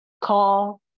Call